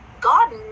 God